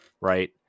Right